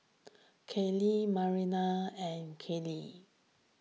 Kathey Marlana and Karlie